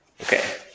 Okay